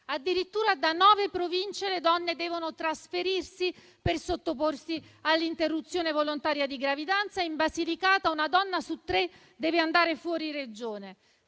addirittura da nove Province le donne devono trasferirsi per sottoporsi all'interruzione volontaria di gravidanza e in Basilicata una donna su tre deve andare fuori Regione.